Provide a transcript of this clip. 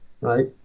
right